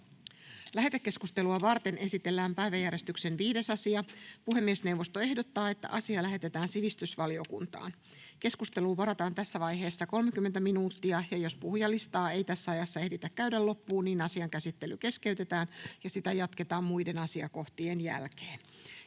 Lähetekeskustelua varten esitellään päiväjärjestyksen 5. asia. Puhemiesneuvosto ehdottaa, että asia lähetetään sivistysvaliokuntaan. Keskusteluun varataan tässä vaiheessa enintään 30 minuuttia. Jos puhujalistaa ei tässä ajassa ehditä käydä loppuun, asian käsittely keskeytetään ja sitä jatketaan muiden asiakohtien jälkeen.